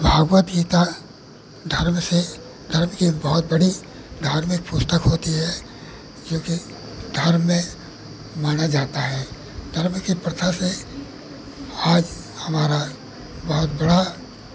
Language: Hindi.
भागवत गीता धर्म से धर्म की बहुत बड़ी धार्मिक पुस्तक होती है क्योंकि धर्म में माना जाता है धर्म की प्रथा से आज हमारा बहुत बड़ा